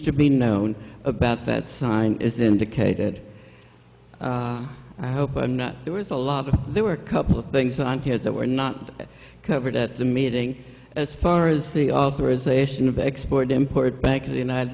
to be known about that sign is indicated i hope i'm not there was a lot of there were a couple of things on here that were not covered at the meeting as far as the authorization of export import bank in the united